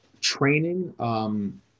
Training